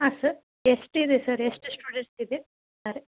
ಹಾಂ ಸರ್ ಎಷ್ಟಿದೆ ಸರ್ ಎಷ್ಟು ಸ್ಟೂಡೆಂಟ್ಸ್ ಇದೆ ಇದ್ದಾರೆ